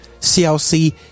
CLC